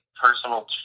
personal